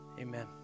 Amen